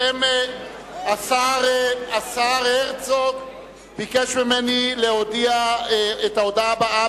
השר הרצוג ביקש ממני להודיע את ההודעה הבאה: